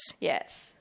Yes